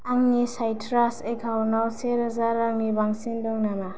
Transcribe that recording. आंनि साइट्रास एकाउन्टाव सेरोजा रांनि बांसिन दं नामा